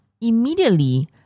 Immediately